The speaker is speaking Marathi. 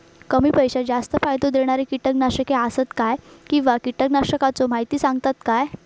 कमी पैशात जास्त फायदो दिणारी किटकनाशके आसत काय किंवा कीटकनाशकाचो माहिती सांगतात काय?